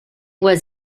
was